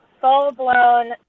full-blown